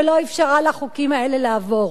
ולא אפשרה לחוקים האלה לעבור.